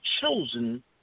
chosen